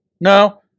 No